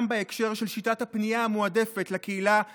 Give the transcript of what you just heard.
גם בהקשר של שיטת הפנייה המועדפת לקהילה הטרנסית,